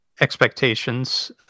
expectations